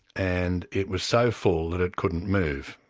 and it was so full that it couldn't move,